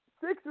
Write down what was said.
Six